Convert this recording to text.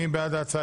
מי בעד ההצעה?